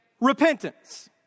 repentance